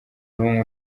n’umwe